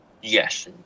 Yes